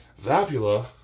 Vapula